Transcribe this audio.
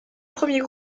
premiers